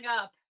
up